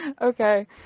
Okay